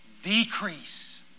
decrease